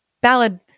Ballad